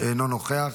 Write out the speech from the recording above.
אינו נוכח,